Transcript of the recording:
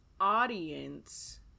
Audience